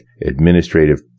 administrative